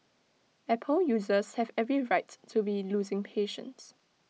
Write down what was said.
Apple users have every right to be losing patience